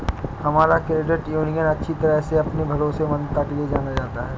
हमारा credit union अच्छी तरह से अपनी भरोसेमंदता के लिए जाना जाता है